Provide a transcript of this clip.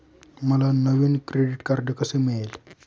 मला नवीन credit card कसे मिळेल?